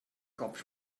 kopf